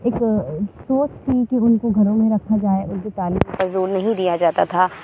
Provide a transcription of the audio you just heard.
ایک سوچ تھ ان کی ان کو گھروں میں رکھا جائے اور تعلیم پہ ان کی زور نہیں دیا جاتا تھا